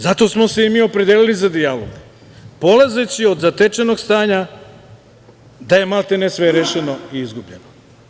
Zato smo se i mi opredelili za dijalog, polazeći od zatečenog stanja da je maltene sve rešeno i izgubljeno.